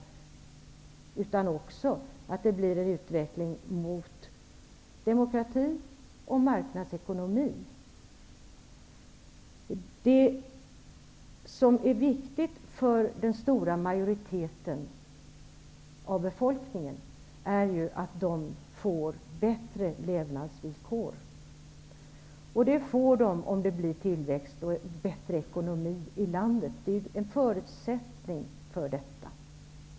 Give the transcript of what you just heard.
Det måste också bli en utveckling mot demokrati och marknadsekonomi. Det som är viktigt för den stora majoriteten av befolkningen är ju att man får bättre levnadsvillkor. Det får man om det blir tillväxt och bättre ekonomi i landet. Det är en förutsättning för detta.